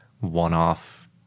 one-off